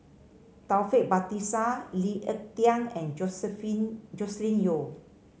Taufik Batisah Lee Ek Tieng and Joscelin Yeo